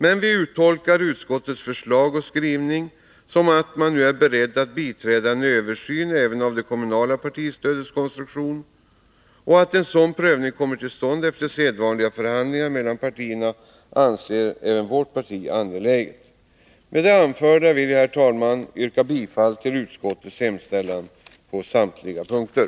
Vi tolkar emellertid utskottets förslag och skrivning så, att man är beredd att biträda kravet på en översyn även av det kommunala partistödets konstruktion. Att en sådan prövning kommer till stånd efter sedvanliga förhandlingar mellan partierna anser vpk angeläget. Med det anförda, herr talman, vill jag yrka bifall till utskottets hemställan på samtliga punkter.